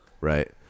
Right